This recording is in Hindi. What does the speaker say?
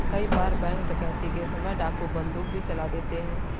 कई बार बैंक डकैती के समय डाकू बंदूक भी चला देते हैं